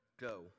Go